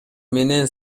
менен